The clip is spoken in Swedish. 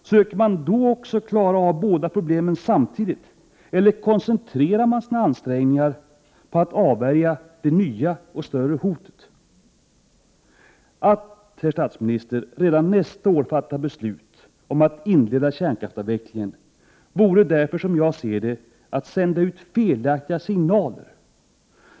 Försöker man även då att klara av båda problemen samtidigt, eller koncentrerar man sig på att avvärja det nya och större hotet först? Att redan nästa år, herr statsminister, fatta beslut om att inleda kärnkraftsavvecklingen vore därför, som jag ser det, att sända ut felaktiga signaler.